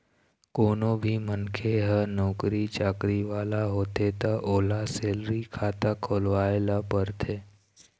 कोनो भी मनखे ह नउकरी चाकरी वाला होथे त ओला सेलरी खाता खोलवाए ल परथे